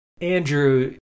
Andrew